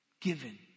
given